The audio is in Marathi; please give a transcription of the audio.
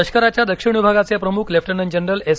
लष्कराच्या दक्षिण विभागाचे प्रमुख लेफ्टनंट जनरल एस